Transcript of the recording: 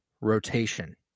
rotation